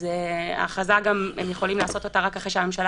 את ההכרזה הם יכולים לעשות רק אחרי שהממשלה